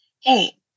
hey